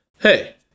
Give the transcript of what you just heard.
Hey